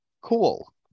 Cool